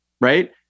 Right